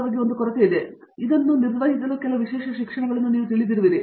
ಆದ್ದರಿಂದ ಅದರಲ್ಲಿ ನೀವು ನಿರ್ದಿಷ್ಟವಾಗಿ ಇದನ್ನು ನಿರ್ವಹಿಸಲು ಕೆಲವು ವಿಶೇಷ ಶಿಕ್ಷಣಗಳನ್ನು ನೀವು ತಿಳಿದಿರುವಿರಿ